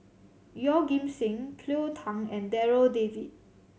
Yeoh Ghim Seng Cleo Thang and Darryl David